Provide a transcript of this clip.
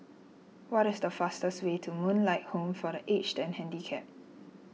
what is the fastest way to Moonlight Home for the Aged and Handicapped